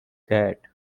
that